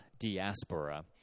Diaspora